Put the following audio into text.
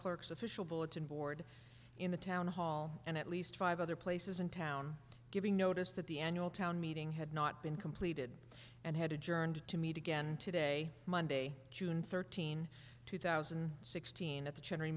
clerk's official bulletin board in the town hall and at least five other places in town giving notice that the annual town meeting had not been completed and had adjourned to meet again today monday june thirteenth two thousand and sixteen at the